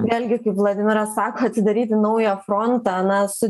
vėlgi kaip vladimiras sako atidaryti naują frontą na su